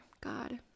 god